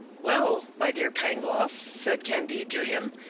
well, my dear pangloss, said candide to him,